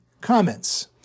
comments